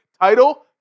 title